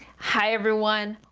hi, everyone.